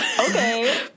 okay